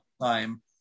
time